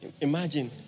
Imagine